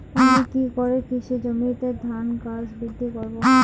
আমি কী করে কৃষি জমিতে ধান গাছ বৃদ্ধি করব?